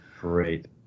great